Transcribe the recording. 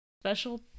special